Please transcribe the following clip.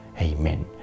Amen